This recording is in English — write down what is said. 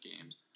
games